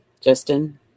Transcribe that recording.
Justin